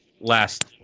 last